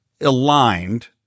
aligned